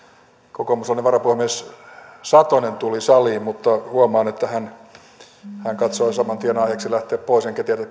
kokoomuslainen varapuhemies satonen tuli saliin mutta huomaan että hän katsoi saman tien aiheeksi lähteä pois enkä tiedä